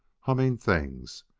humming things,